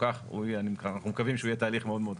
אנחנו מקווים שהתהליך יהיה מאוד מאוד קצר,